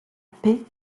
paix